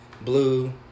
blue